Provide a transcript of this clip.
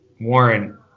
Warren